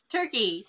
Turkey